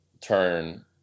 turn